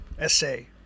essay